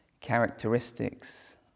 characteristics